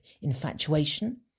infatuation